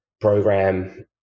program